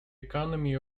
economy